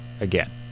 again